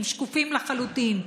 הם שקופים לחלוטין,